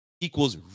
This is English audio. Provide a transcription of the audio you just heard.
equals